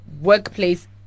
workplace